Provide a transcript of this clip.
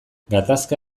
gatazka